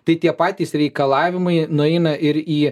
tai tie patys reikalavimai nueina ir į